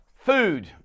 food